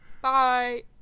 Bye